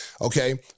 Okay